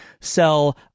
sell